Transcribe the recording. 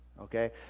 okay